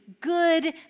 good